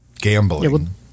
gambling